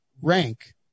rank